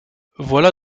voilà